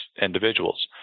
individuals